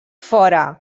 fora